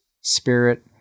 spirit